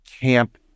camp